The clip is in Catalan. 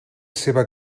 seva